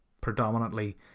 predominantly